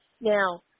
Now